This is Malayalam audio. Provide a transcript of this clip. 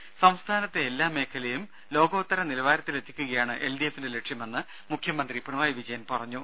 രുര സംസ്ഥാനത്തെ എല്ലാ മേഖലയും ലോകോത്തര നിലവാരത്തിലെത്തിക്കുകയാണ് എൽഡിഎഫിന്റെ ലക്ഷ്യമെന്ന് മുഖ്യമന്ത്രി പിണറായി വിജയൻ പറഞ്ഞു